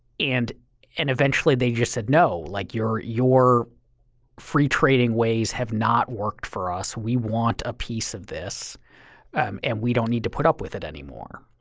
and and eventually they just said no. like your your free trading ways have not worked for us. we want a piece of this and we don't need to put up with it anymore.